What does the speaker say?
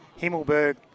Himmelberg